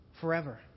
forever